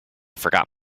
forgot